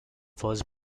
first